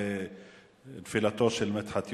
עשר שנים לנפילתו של מדחת יוסף.